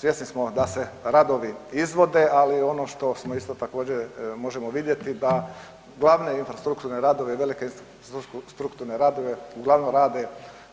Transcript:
Svjesni smo da se radovi izvode, ali ono što smo isto također, možemo vidjeti da glavne infrastrukturne radove, velike infrastrukturne radove uglavnom rade